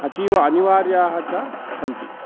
अतीव अनिवार्याः च सन्ति